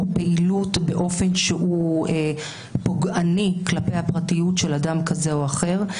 פעילות באופן שהוא פוגעני כלפי הפרטיות של אדם כזה או אחר.